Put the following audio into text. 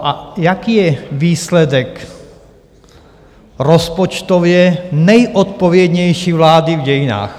A jaký je výsledek rozpočtově nejodpovědnější vlády v dějinách?